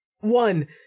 One